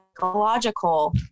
psychological